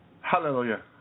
hallelujah